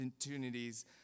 opportunities